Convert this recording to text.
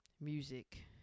Music